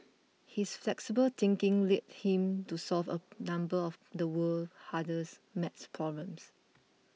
his flexible thinking led him to solve a number of the world's hardest math problems